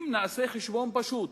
אם נעשה חשבון פשוט,